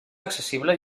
accessible